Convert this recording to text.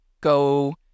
go